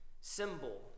symbol